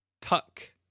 Tuck